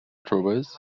throwers